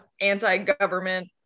anti-government